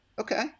Okay